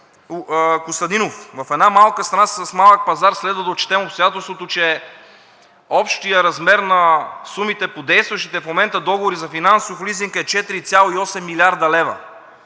Костадинов, в една малка страна с малък пазар следва да отчетем обстоятелството, че общият размер на сумите по действащите в момента договори за финансов лизинг е 4,8 млрд. лв.